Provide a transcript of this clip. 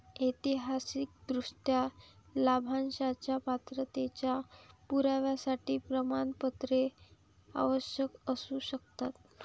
ऐतिहासिकदृष्ट्या, लाभांशाच्या पात्रतेच्या पुराव्यासाठी प्रमाणपत्रे आवश्यक असू शकतात